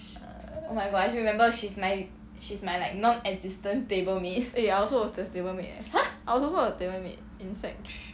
eh ya I also was her table mate I was also her table mate in sec three